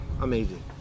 Amazing